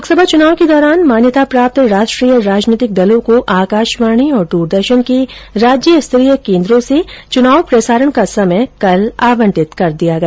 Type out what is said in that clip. लोकसभा चुनाव के दौरान मान्यता प्राप्त राष्ट्रीय राजनीतिक दलों को आकाशवाणी और द्रदर्शन के राज्य स्तरीय केन्द्रों से चुनाव प्रसारण का समय कल आवंटित कर दिया गया